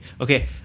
okay